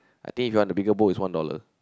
I think if you want a bigger bowl is one dollar